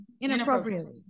inappropriately